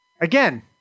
again